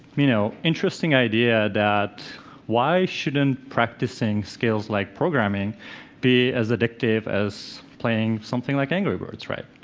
you know, interesting idea that why shouldn't practicing skills like programming be as addictive as playing something like angry birds right?